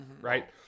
right